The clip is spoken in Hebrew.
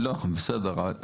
לא, בסדר.